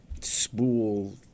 spool